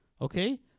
okay